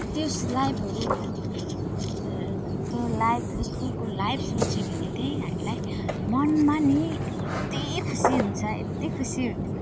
त्यस लाइफहरू त्यो लाइफ स्कुलको लाइफ सोच्यौँ भने चाहिँ हामीलाई मनमा नि यति खुसी हुन्छ यति खुसी हुन्छ